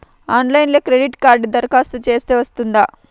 ఆన్లైన్లో క్రెడిట్ కార్డ్కి దరఖాస్తు చేస్తే వస్తుందా?